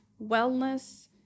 wellness